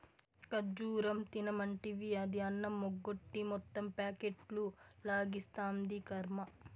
ఖజ్జూరం తినమంటివి, అది అన్నమెగ్గొట్టి మొత్తం ప్యాకెట్లు లాగిస్తాంది, కర్మ